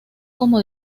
como